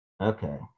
Okay